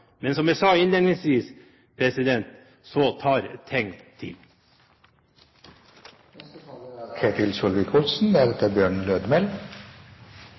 Men som jeg sa innledningsvis, så tar